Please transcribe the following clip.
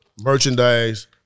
merchandise